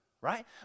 right